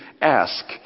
ask